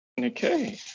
Okay